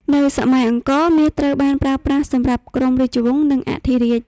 នៅសម័យអង្គរ មាសត្រូវបានប្រើសម្រាប់ក្រុមរាជវង្ស និងអធិរាជ។